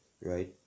right